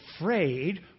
afraid